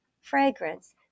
fragrance